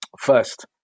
First